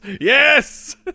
Yes